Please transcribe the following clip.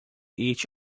each